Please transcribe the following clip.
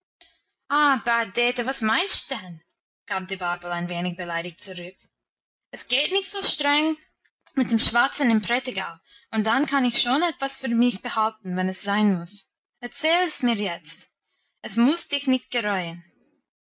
dete was meinst denn gab die barbel ein wenig beleidigt zurück es geht nicht so streng mit dem schwatzen im prättigau und dann kann ich schon etwas für mich behalten wenn es sein muss erzähl mir's jetzt es muss dich nicht gereuen